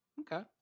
Okay